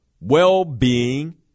well-being